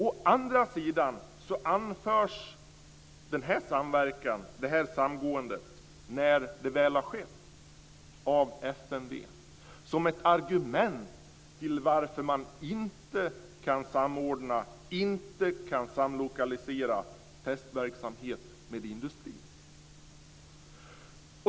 Å andra sidan anförs denna samverkan och detta samgående, när det väl har skett, av FMV som ett argument till varför man inte kan samordna och samlokalisera testverksamhet med industrin.